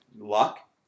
luck